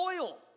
oil